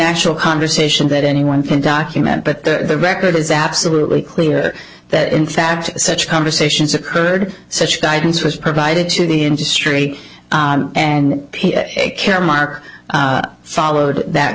actual conversation that anyone can document but the record is absolutely clear that in fact such conversations occurred such guidance was provided to the industry and caremark followed that